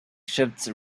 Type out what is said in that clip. shifts